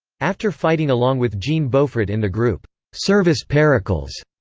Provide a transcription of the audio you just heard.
after fighting along with jean beaufret in the group service pericles,